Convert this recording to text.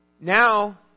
now